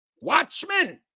Watchmen